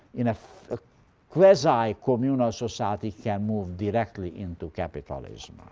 in a quasi-communal society, can move directly into capitalism.